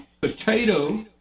potato